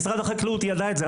משרד החקלאות יודע את זה,